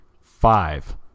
Five